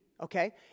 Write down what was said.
okay